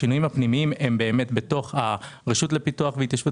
השינויים הפנימיים הם בתוך הרשות לפיתוח והתיישבות